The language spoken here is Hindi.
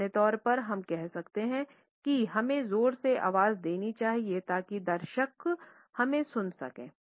सामान्य तौर पर हम कह सकते हैं कि हमें ज़ोर से आवाज़ देनी चाहिए ताकि दर्शक हमें सुन सकें